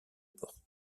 portent